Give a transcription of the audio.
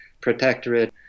protectorate